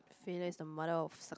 failure the mother of